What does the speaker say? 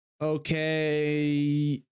Okay